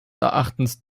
erachtens